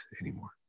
anymore